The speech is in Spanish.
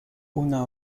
una